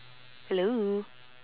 hello